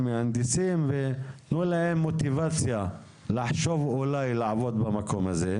המהנדסים ותנו להם מוטיבציה לחשוב אולי לעבוד במקום הזה.